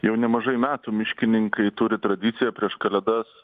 jau nemažai metų miškininkai turi tradiciją prieš kalėdas